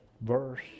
verse